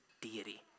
deity